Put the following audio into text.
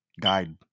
Guide